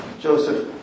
Joseph